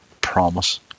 promise